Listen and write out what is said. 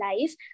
life